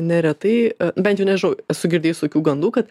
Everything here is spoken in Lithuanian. neretai bent jau nežinau esu girdėjus tokių gandų kad